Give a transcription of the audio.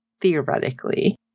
theoretically